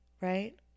right